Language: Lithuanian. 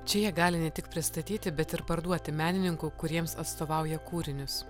čia jie gali ne tik pristatyti bet ir parduoti menininkų kuriems atstovauja kūrinius